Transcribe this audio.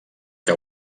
que